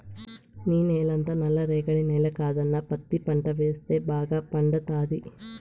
నీ నేలంతా నల్ల రేగడి నేల కదన్నా పత్తి పంట వేస్తే బాగా పండతాది